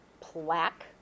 plaque